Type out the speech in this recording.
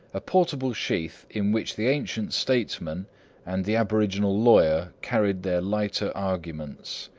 a portable sheath in which the ancient statesman and the aboriginal lawyer carried their lighter arguments.